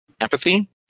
empathy